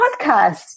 podcast